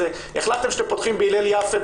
החלטתם שאתם פותחים בהלל יפה,